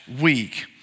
week